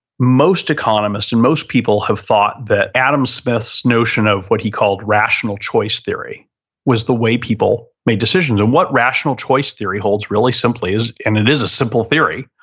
most economists and most people have thought that adam smith's notion of what he called rational choice theory was the way people made decisions. and what rational choice theory holds really simply is and it is a simple theory,